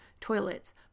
toilets